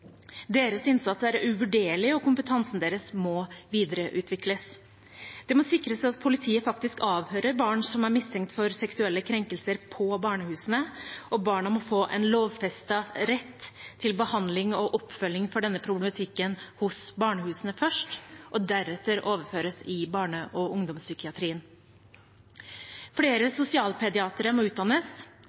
Deres innsats er uvurderlig, og kompetansen deres må videreutvikles. Det må sikres at politiet faktisk avhører barn som er mistenkt for seksuelle krenkelser, på barnehusene. Barna må få en lovfestet rett til behandling og oppfølging for denne problematikken på barnehusene først og deretter overføres til barne- og ungdomspsykiatrien. Flere sosialpediatere må utdannes.